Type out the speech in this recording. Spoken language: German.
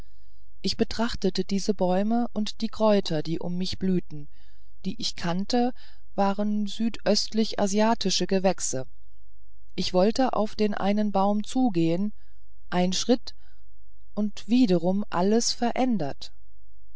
ich betrachtete diese bäume und die kräuter die um mich blühten die ich kannte waren südöstlich asiatische gewächse ich wollte auf den einen baum zugehen ein schritt und wiederum alles verändert